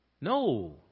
No